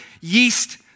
yeast